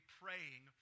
praying